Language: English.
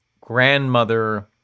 grandmother